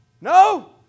no